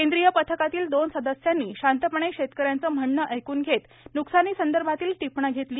केंद्रीय पथकातील दोन सदस्यांनी शांतपणे शेतकऱ्यांचे म्हणणे ऐकून घेत न्कसानीसंदर्भातील टिपणे घेतली